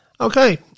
Okay